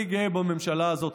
אני גאה בממשלה הזאת.